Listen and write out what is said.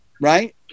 right